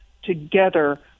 together